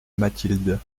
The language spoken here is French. mathilde